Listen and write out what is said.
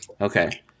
Okay